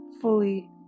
fully